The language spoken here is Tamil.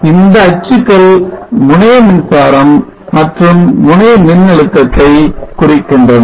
ஆக இந்த அச்சுக்கள் முனைய மின்சாரம் மற்றும் முனைய மின்னழுத்தத்தை குறிக்கின்றன